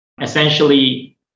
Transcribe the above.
essentially